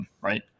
right